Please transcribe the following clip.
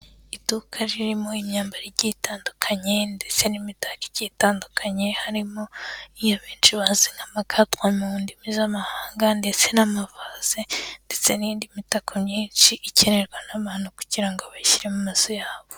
Iduka ririmo imyambaro igiye itandukanye ndetse n'imitako igiye itandukanye, harimo iyo benshi bazi nk'amakatwa mu ndimi z'amahanga ndetse n'amavaze ndetse n'indi mitako myinshi ikenerwa n'abantu kugira ngo bayishyire mu mazu yabo.